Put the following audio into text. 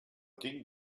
tinc